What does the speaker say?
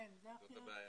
אין, זה הכי אחרון.